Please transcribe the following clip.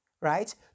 right